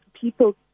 people